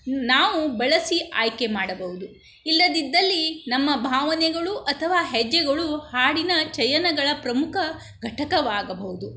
ನಾವು ಬಳಸಿ ಆಯ್ಕೆ ಮಾಡಬೌದು ಇಲ್ಲದಿದ್ದಲ್ಲಿ ನಮ್ಮ ಭಾವನೆಗಳು ಅಥವಾ ಹೆಜ್ಜೆಗಳು ಹಾಡಿನ ಚಯನಗಳ ಪ್ರಮುಖ ಘಟಕವಾಗಭೌದು